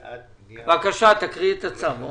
בבקשה, תקריאי את הצו.